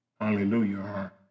Hallelujah